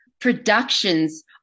productions